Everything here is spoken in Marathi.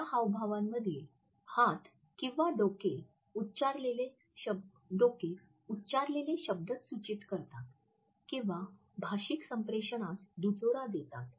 त्या हावभावांमधील हात किंवा डोके उच्चारलेले शब्दच सूचित करतात किंवा भाषिक संप्रेषणास दुजोरा देतात